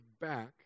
back